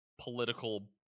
political